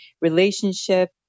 relationship